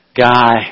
Guy